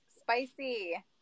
spicy